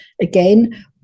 again